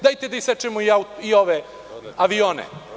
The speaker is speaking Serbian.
Dajte da isečemo i avione.